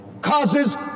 causes